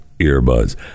earbuds